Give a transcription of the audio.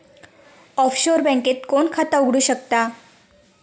Offshore बँकेत कोण खाता उघडु शकता?